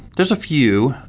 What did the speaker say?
there's a few.